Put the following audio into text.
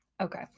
okay